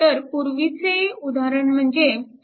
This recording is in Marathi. तर पूर्वीचे उदाहरण म्हणजे 4